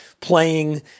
playing